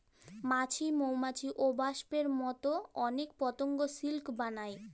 মাছি, মৌমাছি, ওবাস্পের মতো অনেক পতঙ্গ সিল্ক বানায়